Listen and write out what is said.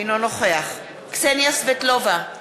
אינו נוכח קסניה סבטלובה,